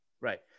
Right